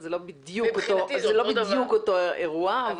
זה לא בדיוק אותו אירוע.